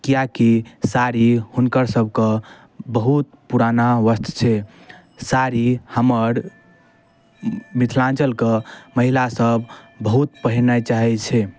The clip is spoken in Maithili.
किएकि साड़ी हुनकर सबके बहुत पुराना वस्त्र छै साड़ी हमर मिथिलाञ्चलके महिलासब बहुत पहिरै चाहै छै